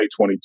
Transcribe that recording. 2022